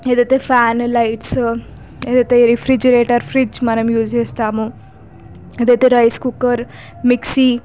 ఏదైతే fan lights ఏదైతే refrigerator fridge మనం యూజ్ చేస్తామో ఏదైతే రైస్ కుక్కర్ మిక్సీ